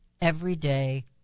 everyday